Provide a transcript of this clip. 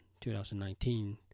2019